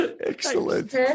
excellent